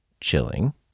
chilling